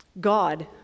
God